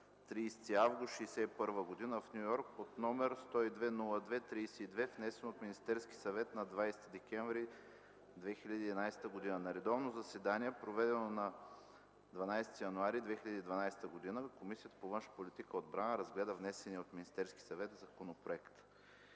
30 август 1961 г. в Ню Йорк, № 102-02-32,внесен от Министерски съвет на 20 декември 2011 г. На редовно заседание, проведено на 12 януари 2012 г., Комисията по външна политика и отбрана разгледа внесения от Министерския съвет законопроект.